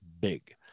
big